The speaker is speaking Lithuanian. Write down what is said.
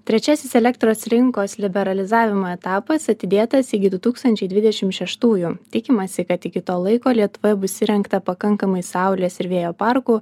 trečiasis elektros rinkos liberalizavimo etapas atidėtas iki du tūkstančiai dvidešim šeštųjų tikimasi kad iki to laiko lietuvoje bus įrengta pakankamai saulės ir vėjo parkų